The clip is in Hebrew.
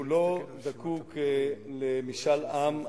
הוא לא זקוק למשאל עם.